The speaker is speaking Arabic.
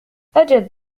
أجل